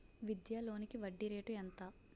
విద్యా లోనికి వడ్డీ రేటు ఎంత?